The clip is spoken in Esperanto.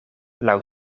laŭ